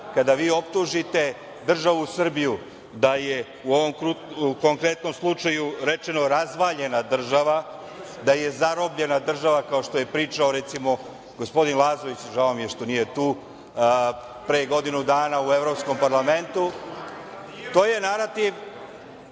kada vi optužite državu Srbiju da je, u ovom konkretnom slučaju rečeno, razvaljena država, da je zarobljena država, kao što je pričao recimo gospodin Lazović, žao mi je što nije tu, pre godinu dana u Evropskom parlamentu. To je narativ